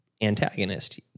antagonist